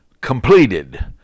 completed